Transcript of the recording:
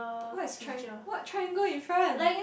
what is tri~ what triangle in front